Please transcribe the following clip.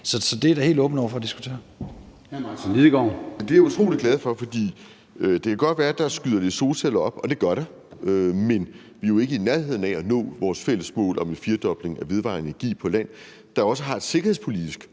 Lidegaard. Kl. 13:40 Martin Lidegaard (RV): Det er jeg utrolig glad for, for det kan godt være, der skyder lidt solceller op – og det gør der – men vi er jo ikke i nærheden af at nå vores fælles mål om en firedobling af vedvarende energi på land, hvilket også har et sikkerhedspolitisk